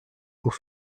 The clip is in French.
pour